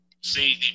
See